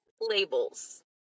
labels